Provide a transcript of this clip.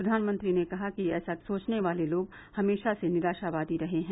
प्रधानमंत्री ने कहा कि ऐसा सोचने वाले लोग हमेशा से निराशावादी रहे हैं